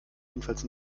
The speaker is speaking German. jedenfalls